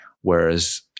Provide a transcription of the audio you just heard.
Whereas